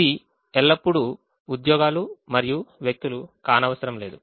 ఇది ఎల్లప్పుడూ ఉద్యోగాలు మరియు వ్యక్తులు కానవసరం లేదు